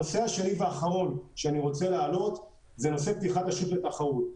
הנושא השני והאחרון שאני רוצה להעלות זה נושא פתיחת השוק לתחרות.